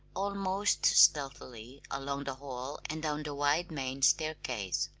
almost stealthily, along the hall and down the wide main staircase.